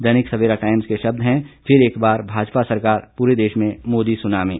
दैनिक Savera Times के शब्द हैं फिर एक बार भाजपा सरकार पूरे देश में मोदी सुनामी